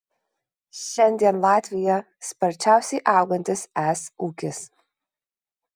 šiandien latvija sparčiausiai augantis es ūkis